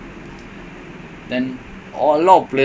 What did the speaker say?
ya ya champion's league